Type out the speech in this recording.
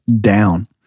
down